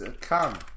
come